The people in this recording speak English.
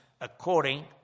according